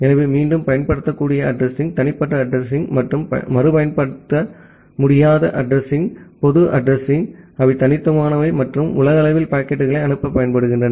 எனவே மீண்டும் பயன்படுத்தக்கூடிய அட்ரஸிங் தனிப்பட்ட அட்ரஸிங் மற்றும் மறுபயன்படுத்த முடியாத அட்ரஸிங் பொது அட்ரஸிங் அவை தனித்துவமானவை மற்றும் உலகளவில் பாக்கெட்டுகளை அனுப்ப பயன்படுகின்றன